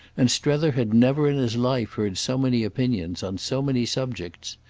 and strether had never in his life heard so many opinions on so many subjects.